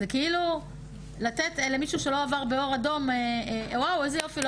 זה כאילו להגיד למישהו שלא עבר באור אדום איזה יופי.